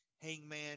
Hangman